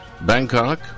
Bangkok